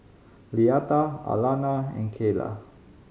Leatha Alannah and Kayla